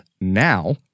now